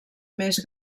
més